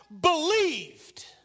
believed